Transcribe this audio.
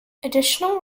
additional